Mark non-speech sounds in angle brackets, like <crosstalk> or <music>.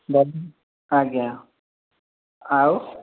<unintelligible> ଆଜ୍ଞା ଆଉ